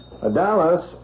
Dallas